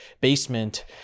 basement